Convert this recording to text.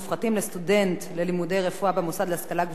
רפואה במוסד להשכלה גבוהה מחוץ לישראל),